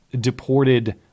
deported